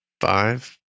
Five